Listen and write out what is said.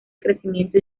crecimiento